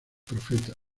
profeta